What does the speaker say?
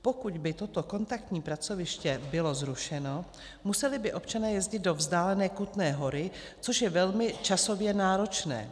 Pokud by toto kontaktní pracoviště bylo zrušeno, museli by občané jezdit do vzdálené Kutné Hory, což je velmi časově náročné.